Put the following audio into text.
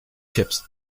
chips